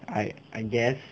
I I guess